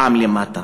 פעם למטה.